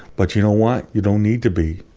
but you know what, you don't need to be.